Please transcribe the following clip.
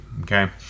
okay